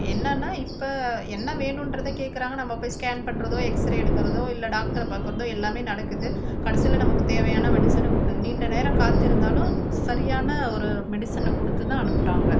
என்னென்னா இப்போ என்ன வேணுன்றத கேட்குறாங்க நம்ம போய் ஸ்கேன் பண்ணுறதோ எக்ஸ்ரே எடுக்கிறதோ இல்லை டாக்டரை பார்க்குறதோ எல்லாமே நடக்குது கடைசியில் நமக்கு தேவையான மெடிசனை கொடுத்து நீண்ட நேரம் காத்திருந்தாலும் சரியான ஒரு மெடிசனை கொடுத்து தான் அனுப்புகிறாங்க